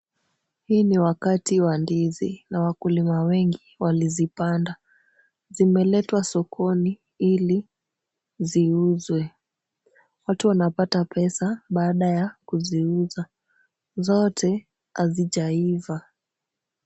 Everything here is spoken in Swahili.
Hii ni wakati wa ndizi na wakulima wengi walizipanda. Zimeletwa sokoni ili ziuzwe. Watu wanapata pesa baada ya kuziuza. Zote hazijaiva.